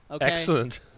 Excellent